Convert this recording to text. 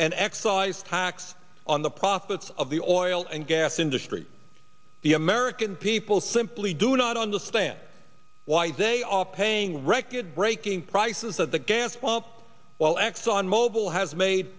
an excise tax on the profits of the oil and gas industry the american people simply do not understand why they are paying record breaking prices at the gas pump while exxon mobil has made